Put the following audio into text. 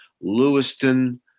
Lewiston